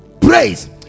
praise